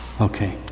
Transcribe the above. Okay